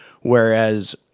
Whereas